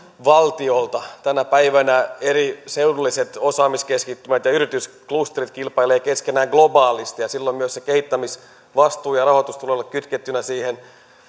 valtiolta tänä päivänä eri seudulliset osaamiskeskittymät ja yritysklusterit kilpailevat keskenään globaalisti ja silloin myös sen kehittämisvastuun ja rahoituksen tulee olla kytkettynä siihen